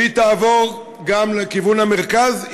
ותעבור גם לכיוון המרכז,